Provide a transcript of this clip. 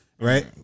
Right